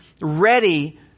ready